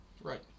right